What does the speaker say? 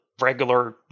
regular